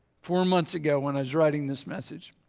four months ago when i was writing this message,